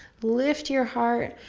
lift your heart,